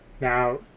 Now